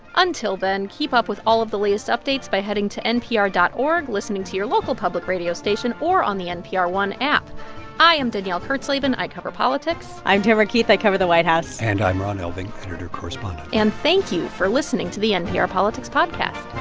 until then, keep up with all of the latest updates by heading to npr dot org, listening to your local public radio station or on the npr one app i am danielle kurtzleben. i cover politics i'm tamara keith. i cover the white house and i'm ron elving, editor-correspondent and thank you for listening to the npr politics podcast